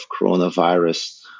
coronavirus